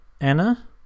Anna